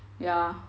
ya